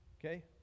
okay